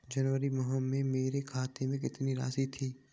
जनवरी माह में मेरे खाते में कितनी राशि थी?